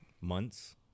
months